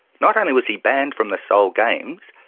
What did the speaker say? not only was he banned from the seoul games,